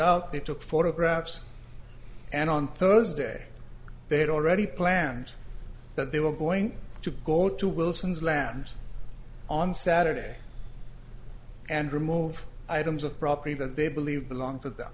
out they took photographs and on thursday they had already planned that they were going to go to wilson's land on saturday and remove items of property that they believe belonged to them